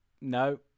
No